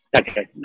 Okay